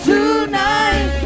Tonight